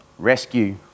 Rescue